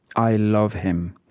i love him.